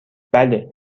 بله